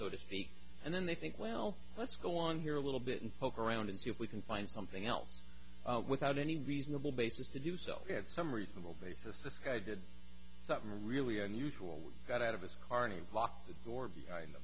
so to speak and then they think well let's go on here a little bit and poke around and see if we can find something else without any reasonable basis to do so we had some reasonable basis this guy did something really unusual we got out of his carny locked the door in the